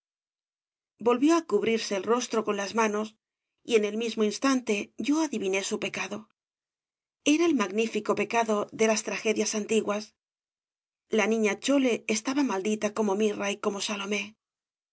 volvió á cubrirse el rostro con las manos y en el mismo instante yo adiviné su pecado era el magnífico pecado de las tragedias antiguas la niña chole estaba maldita como mirra y como salomé